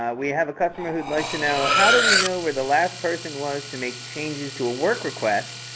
we have a customer who would like to know, how do we know where the last person was to make changes to a work request?